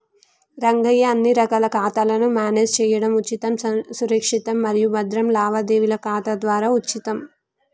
రంగయ్య అన్ని రకాల ఖాతాలను మేనేజ్ చేయడం ఉచితం సురక్షితం మరియు భద్రం లావాదేవీల ఖాతా ద్వారా ఉచితం